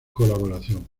colaboración